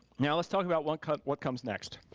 now let's talk about what comes what comes next.